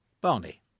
Barney